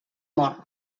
mor